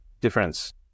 difference